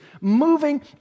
moving